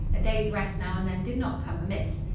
a day's rest now and then did not come amiss.